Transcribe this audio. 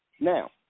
Now